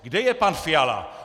Kde je pan Fiala?